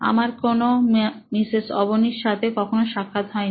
আমার কোনো মিসেস অবনীর সাথে কখনো সাক্ষাৎ হয়নি